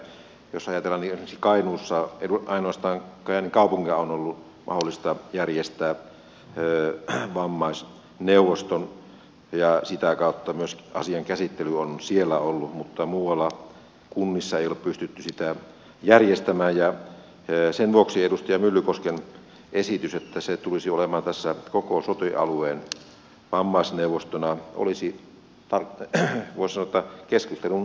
elikkä jos ajatellaan että esimerkiksi kainuussa ainoastaan kaupungilla on ollut mahdollista järjestää vammaisneuvosto ja sitä kautta myös asian käsittely on siellä ollut mutta muualla kunnissa ei ole pystytty sitä järjestämään niin sen vuoksi edustaja myllykosken esitys että se tulisi olemaan tässä koko sote alueen vammaisneuvostona olisi voisi sanoa keskustelun arvoinen asia